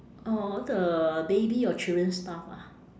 all the baby or children stuff ah